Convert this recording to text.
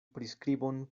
priskribon